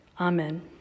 Amen